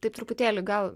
taip truputėlį gal